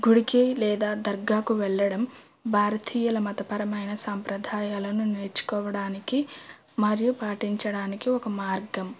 గుడికి లేదా దర్గాకు వెళ్ళడం భారతీయుల మతపరమైన సాంప్రదాయాలను నేర్చుకోవడానికి మరియు పాటించడానికి ఒక మార్గం